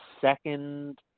second